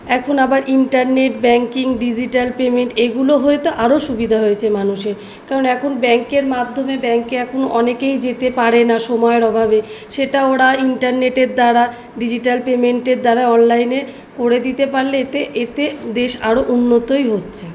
এখন আবার internet banking digital payment এগুলো হয়ে তো আরো সুবিধা হয়েছে মানুষের কারণ এখন ব্যাঙ্কের মাধ্যমে ব্যাঙ্কে এখন অনেকেই যেতে পারে না সময়ের অভাবে সেটা ওরা ইন্টারনেটের দ্বারা ডিজিটাল পেমেন্টের দ্বারা অনলাইনের করে দিতে পারলে এতে এতে দেশ আরো উন্নতই হচ্ছে